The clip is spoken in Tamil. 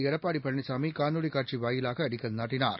எடப்பாடிபழனிசாமிகாணொலிகாட்சிவாயிலாகஅடிக்கல் நாட்டினார்